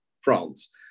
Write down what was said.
France